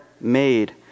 made